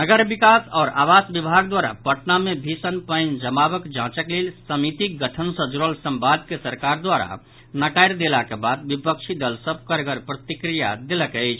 नगर विकास आओर आवास विभाग द्वारा पटना मे भीषण पानि जमावक जांचक लेल समितिक गठन सँ जुड़ल संवाद के सरकार द्वारा नकारि देलाक बाद विपक्षी दल सभ कड़गर प्रतिक्रिया देलक अछि